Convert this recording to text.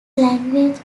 language